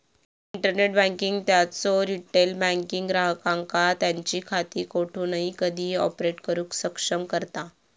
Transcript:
internet banking त्यांचो retail banking ग्राहकांका त्यांची खाती कोठूनही कधीही ऑपरेट करुक सक्षम करता